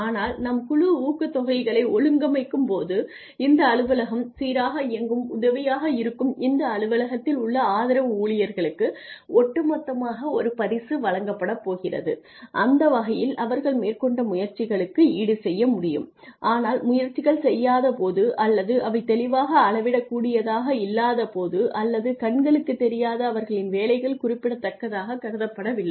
ஆனால் நாம் குழு ஊக்கத்தொகைகளை ஒழுங்கமைக்கும்போது இந்த அலுவலகம் சீராக இயங்க உதவியாக இருக்கும் இந்த அலுவலகத்தில் உள்ள ஆதரவு ஊழியர்களுக்கு ஒட்டுமொத்தமாக ஒரு பரிசு வழங்கப்படப் போகிறது அந்த வகையில் அவர்கள் மேற்கொண்ட முயற்சிகளுக்கு ஈடுசெய்ய முடியும் ஆனால் முயற்சிகள் செய்யாத போது அல்லது அவை தெளிவாக அளவிடக்கூடியதாக இல்லாத போது அல்லது கண்களுக்குத் தெரியாத அவர்களின் வேலைகள் குறிப்பிடத்தக்கதாகக் கருதப்படவில்லை